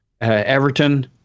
Everton